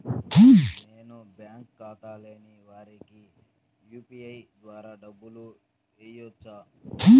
నేను బ్యాంక్ ఖాతా లేని వారికి యూ.పీ.ఐ ద్వారా డబ్బులు వేయచ్చా?